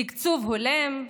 תקצוב הולם,